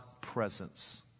presence